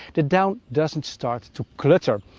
the down doesn't start to clutter.